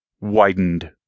widened